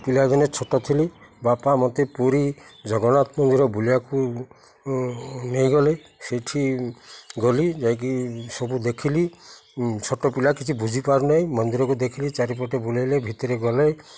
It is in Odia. ପିଲାଦିନେ ଛୋଟ ଥିଲି ବାପା ମୋତେ ପୁରୀ ଜଗନ୍ନାଥ ମନ୍ଦିର ବୁଲାଇବାକୁ ନେଇଗଲେ ସେଇଠି ଗଲି ଯାଇକି ସବୁ ଦେଖିଲି ଛୋଟ ପିଲା କିଛି ବୁଝିପାରୁ ନାହିଁ ମନ୍ଦିରକୁ ଦେଖିଲି ଚାରିପଟେ ବୁଲାଇଲେ ଭିତରେ ଗଲେ